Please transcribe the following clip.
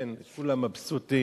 כולם מבסוטים,